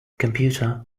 computer